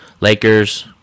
Lakers